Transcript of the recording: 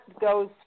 goes